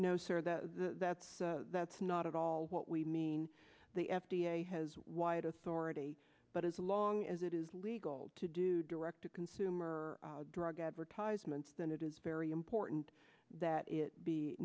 no sir that that's that's not at all what we mean the f d a has wide authority but as long as it is legal to do direct to consumer drug advertisements then it is very important that it be